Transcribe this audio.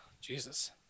Jesus